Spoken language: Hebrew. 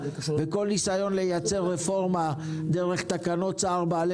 וכל ניסיון לייצר רפורמה דרך תקנות בעלי